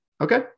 Okay